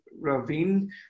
Ravine